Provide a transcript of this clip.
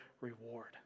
reward